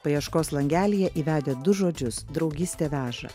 paieškos langelyje įvedę du žodžius draugystė veža